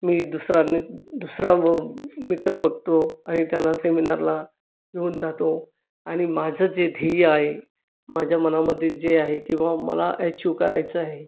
मी दुसरा दुसरा मित्र बघतो आणि त्याला सेमिनारला घेऊन जातो आणि माझं जे ध्येय आहे माझ्या मनामध्ये जे आहे की बुवा मला अचिव्ह करायचं आहे